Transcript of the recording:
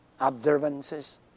observances